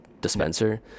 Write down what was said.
dispenser